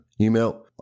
email